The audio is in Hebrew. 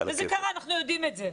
וזה קרה, אנחנו יודעים את זה.